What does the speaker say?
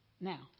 Now